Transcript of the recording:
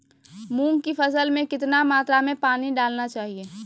मूंग की फसल में कितना मात्रा में पानी डालना चाहिए?